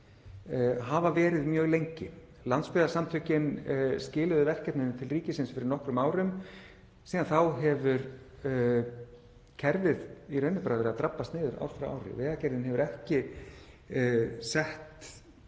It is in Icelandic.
hafa verið mjög lengi. Landsbyggðarsamtökin skiluðu verkefninu til ríkisins fyrir nokkrum árum. Síðan hefur kerfið í raun verið að drabbast niður ár frá ári. Vegagerðin hefur ekki sett